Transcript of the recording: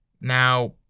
Now